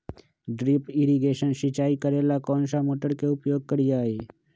Drip irrigation सिंचाई करेला कौन सा मोटर के उपयोग करियई?